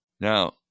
Now